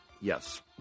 Yes